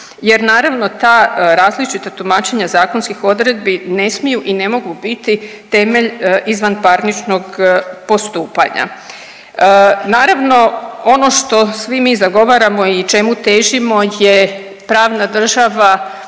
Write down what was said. jer naravno ta različita tumačenja zakonskih odredbi ne smiju i ne mogu biti temelj izvanparničnog postupanja. Naravno ono što svi mi zagovaramo i čemu težimo je pravna država